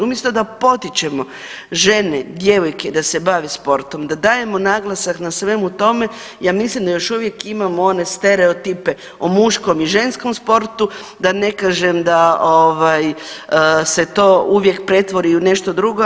Umjesto da potičemo žene, djevojke da se bave sportom, da dajemo naglasak na svemu tome, ja mislim da još uvijek imamo one stereotipe o muškom i ženskom sportu, da ne kažem da se to uvijek pretvori u nešto drugo.